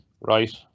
right